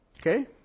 Okay